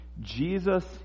Jesus